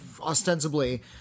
ostensibly